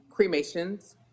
cremations